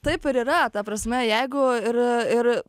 taip ir yra ta prasme jeigu ir ir